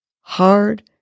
hard